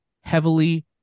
heavily